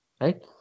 right